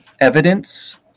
evidence